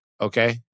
Okay